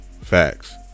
Facts